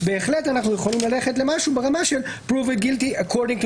בהחלט אנחנו יכולים ללכת למשהו ברמה של פרובן גילטי אקורדינג...